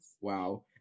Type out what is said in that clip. Wow